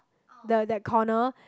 the that corner